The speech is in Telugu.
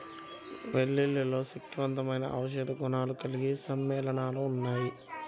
వెల్లుల్లిలో శక్తివంతమైన ఔషధ గుణాలు కలిగిన సమ్మేళనాలు ఉన్నాయి